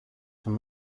from